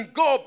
go